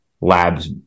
labs